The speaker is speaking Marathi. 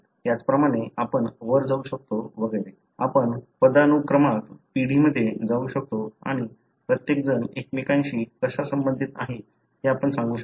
त्याचप्रमाणे आपण वर जाऊ शकतो वगैरे आपण पदानुक्रमात पिढीमध्ये जाऊ शकतो आणि प्रत्येकजण एकमेकांशी कसा संबंधित आहे हे आपण सांगू शकाल